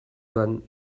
joan